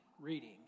reading